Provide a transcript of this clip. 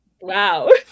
wow